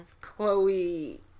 Chloe